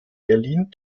berlin